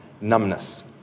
numbness